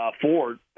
Ford